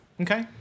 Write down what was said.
Okay